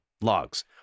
logs